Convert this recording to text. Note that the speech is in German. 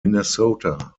minnesota